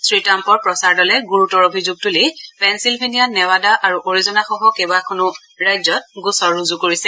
শ্ৰীট্টাম্পৰ প্ৰচাৰ দলে গুৰুতৰ অভিযোগ তুলি পেলিলভেনিয়া নেৱাডা আৰু অৰিজোনাসহ কেইবাখনো ৰাজ্যত গোচৰ ৰুজু কৰিছে